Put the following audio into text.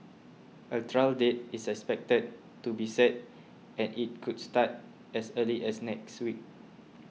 a trial date is expected to be set and it could start as early as next week